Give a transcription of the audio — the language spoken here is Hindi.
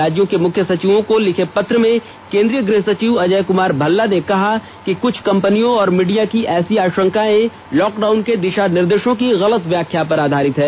राज्यों के मुख्य सचिवों को लिखे पत्र में केन्द्रीय गृह सचिव अजय कुमार भल्ला ने कहा कि कुछ कम्पनियों और मीडिया की ऐसी आशंकाएं लॉकडाउन के दिशानिर्देशों की गलत व्याख्या पर आधारित हैं